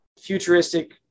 futuristic